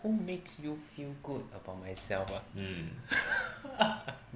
who makes you feel good about myself ah